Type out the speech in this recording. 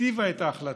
היטיבה את ההחלטות,